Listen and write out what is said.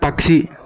పక్షి